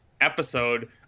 episode